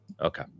Okay